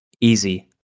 Easy